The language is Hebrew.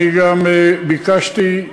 גם ביקשתי,